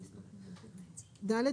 ד.